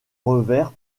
revers